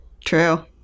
True